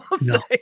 no